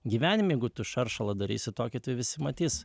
gyvenime jeigu tu šaršalą darysi tokį tai visi matys